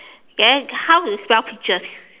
then how you spell peaches